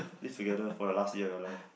live together for the last year of life